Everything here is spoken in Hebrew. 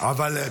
ברור.